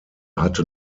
hatte